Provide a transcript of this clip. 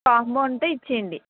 stock బాగుంటే ఇచ్చేయండి